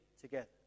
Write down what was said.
together